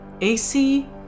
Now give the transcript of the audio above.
AC